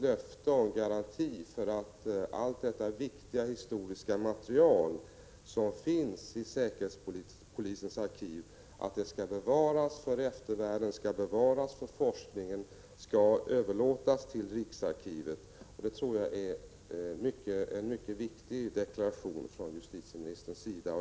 löfte och en garanti för att allt det viktiga historiska material som finns i säkerhetspolisens arkiv skall bevaras för eftervärlden och för forskningen och att det skall överlåtas till riksarkivet. Det är en mycket viktig deklaration från justitieministerns sida.